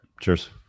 Cheers